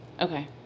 Okay